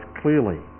clearly